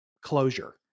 closure